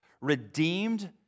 redeemed